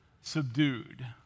subdued